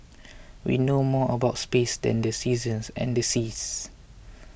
we know more about space than the seasons and the seas